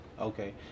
okay